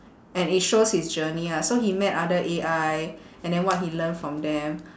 and it shows his journey ah so he met other A_I and then what he learn from them